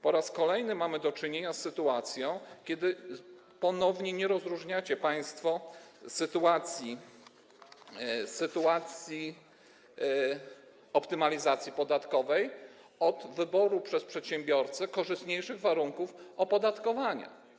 Po raz kolejny mamy do czynienia z sytuacją, kiedy ponownie nie rozróżniacie państwo sytuacji optymalizacji podatkowej i wyboru przez przedsiębiorcę korzystniejszych warunków opodatkowania.